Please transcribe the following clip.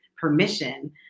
permission